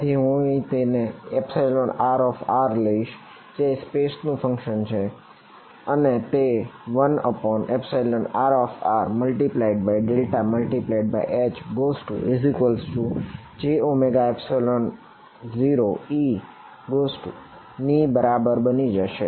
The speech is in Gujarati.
તેથી હું તેને અહીં rr લઈશ જે સ્પેસ છે અને તે 1rr∇×Hjω0E ની બરાબર બની જશે